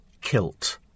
kilt